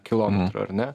kilometrų ar ne